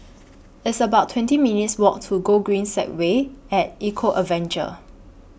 It's about twenty minutes Walk to Gogreen Segway Eco Adventure